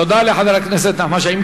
תודה לחבר הכנסת נחמן שי.